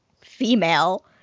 female